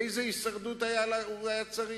איזו הישרדות הוא היה צריך?